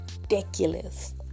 ridiculous